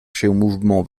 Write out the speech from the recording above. sont